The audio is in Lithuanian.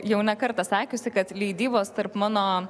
jau ne kartą sakiusi kad leidybos tarp mano